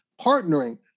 partnering